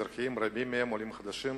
אזרחים, רבים מהם עולים חדשים,